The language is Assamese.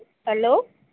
হেল্ল'